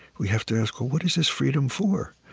we have to ask, well, what is this freedom for?